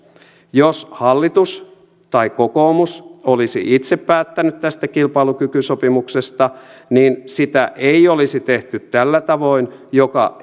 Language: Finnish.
jos hallitus tai kokoomus olisi itse päättänyt tästä kilpailukykysopimuksesta niin sitä ei olisi tehty tällä tavoin joka